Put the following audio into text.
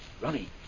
Ronnie